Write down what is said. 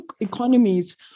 economies